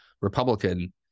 Republican